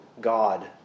God